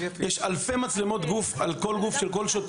היום יש אלפי מצלמות גוף על כל שוטר,